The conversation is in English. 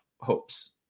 hopes